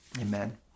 Amen